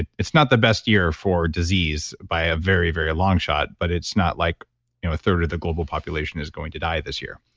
and it's not the best year for disease by a very, very long shot, but it's not like you know a third of the global population is going to die this year.